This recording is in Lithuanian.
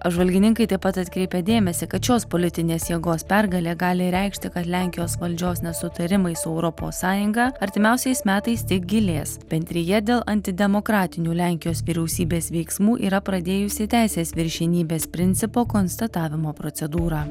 apžvalgininkai taip pat atkreipė dėmesį kad šios politinės jėgos pergalė gali reikšti kad lenkijos valdžios nesutarimai su europos sąjunga artimiausiais metais tik gilės bendrija dėl antidemokratinių lenkijos vyriausybės veiksmų yra pradėjusi teisės viršenybės principo konstatavimo procedūrą